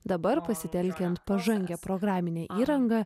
dabar pasitelkiant pažangią programinę įrangą